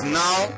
now